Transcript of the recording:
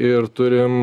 ir turim